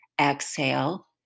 exhale